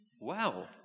Wow